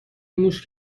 موش